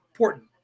important